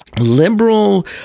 liberal